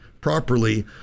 properly